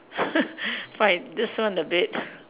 right this one a bit